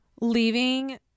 Leaving